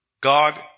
God